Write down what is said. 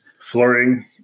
flirting